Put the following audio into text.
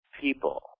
people